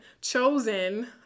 chosen